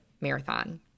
marathon